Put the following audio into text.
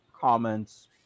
comments